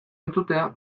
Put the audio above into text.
entzutea